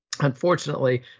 Unfortunately